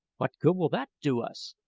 what good will that do us?